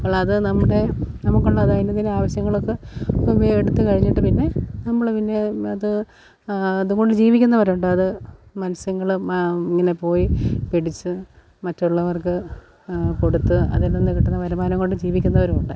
അപ്പോൾ അത് നമ്മുടെ നമുക്കുണ്ടാവുന്ന ദൈനംദിന ആവശ്യങ്ങളൊക്കെ എടുത്തുകഴിഞ്ഞിട്ട് പിന്നെ നമ്മൾ പിന്നേയും അത് അതുകൊണ്ട് ജീവിക്കുന്നവരുണ്ട് അത് മൽസ്യങ്ങൾ ഇങ്ങനെ പോയി പിടിച്ച് മറ്റുള്ളവർക്ക് കൊടുത്ത് അതിൽ നിന്നു കിട്ടുന്ന വരുമാനം കൊണ്ട് ജീവിക്കുന്നവരുമുണ്ട്